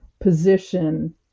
position